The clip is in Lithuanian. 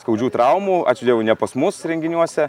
skaudžių traumų ačiū dievui ne pas mus renginiuose